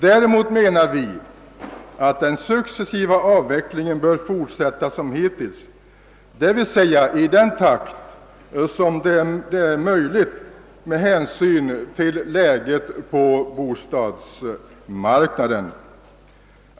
Däremot anser vi att den successiva avvecklingen bör fortsätta som hittills, d.v.s. i den takt som är möjlig med hänsyn till läget på bostadsmarknaden.